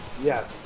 Yes